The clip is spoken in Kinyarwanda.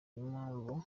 impamvu